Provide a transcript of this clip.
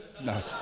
No